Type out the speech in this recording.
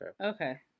Okay